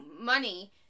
money